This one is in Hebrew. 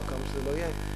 או כמה שזה לא יהיה.